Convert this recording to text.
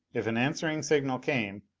if an answering signal came,